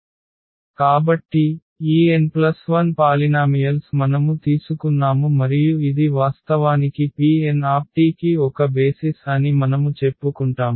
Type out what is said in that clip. కాబట్టి ఈ n1 polynomials మనము తీసుకున్నాము మరియు ఇది వాస్తవానికి Pnt కి ఒక బేసిస్ అని మనము చెప్పుకుంటాము